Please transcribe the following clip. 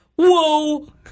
Whoa